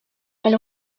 elle